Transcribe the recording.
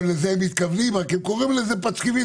אולי לזה הם מתכוונים, אבל הם קוראים לזה פשקוויל.